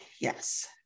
yes